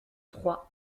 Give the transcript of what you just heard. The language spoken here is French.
trois